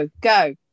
Go